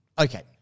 Okay